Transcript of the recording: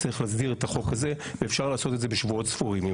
צריך להסדיר את החוק הזה ואפשר לעשות את זה בשבועות ספורים,